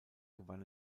gewann